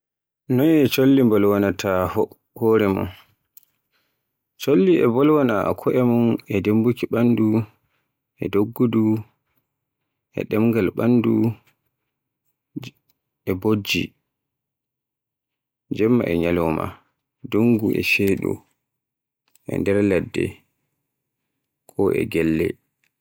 Boy cholli mbolwaana ta ko'e mum, cholli e mbolwaana ko'e mum e dumbuki ɓandu e doggudu e ɗemgal ɓandu e bojji jemma e nyalauma dungu e sheeɗu e nder ladde ko e gelle.